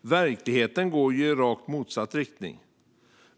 verkligheten går ju i rakt motsatt riktning.